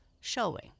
showing